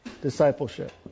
discipleship